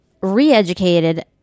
re-educated